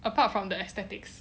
apart from the aesthetics